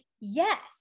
yes